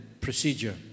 procedure